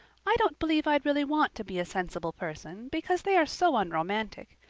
i don't believe i'd really want to be a sensible person, because they are so unromantic.